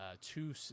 two